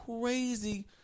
crazy